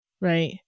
right